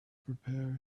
prepare